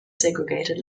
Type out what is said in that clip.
segregated